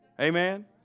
Amen